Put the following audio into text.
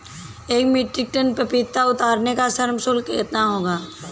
एक metric ton पपीता उतारने का श्रम शुल्क कितना होगा?